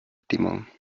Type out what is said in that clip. timón